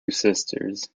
sisters